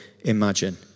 imagine